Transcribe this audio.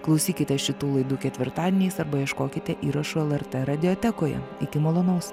klausykitės šitų laidų ketvirtadieniais arba ieškokite įrašų lrt radiotekoje iki malonaus